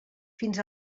fins